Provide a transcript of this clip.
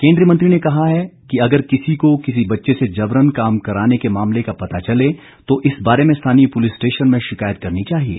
केन्द्रीय मंत्री ने कहा है कि अगर किसी को किसी बच्चे से जबरन काम कराने के मामले का पता चले तो इस बारे में स्थानीय पुलिस स्टेशन में शिकायत करनी चाहिए